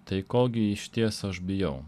tai ko gi išties aš bijau